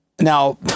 Now